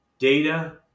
data